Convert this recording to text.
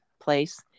place